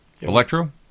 Electro